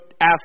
ask